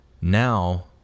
now